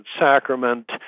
Sacrament